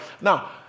Now